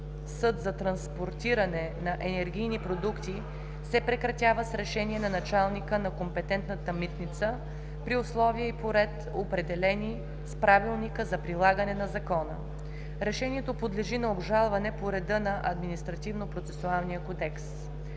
съд за транспортиране на енергийни продукти се прекратява с решение на началника на компетентната митница при условия и по ред, определени с Правилника за прилагане на закона. Решението подлежи на обжалване по реда на Административнопроцесуалния кодекс.